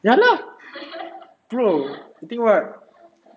ya lah bro you think what